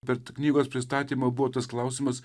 per knygos pristatymą buvo tas klausimas